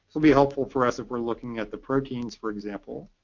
will be helpful for us if we're looking at the proteins for example.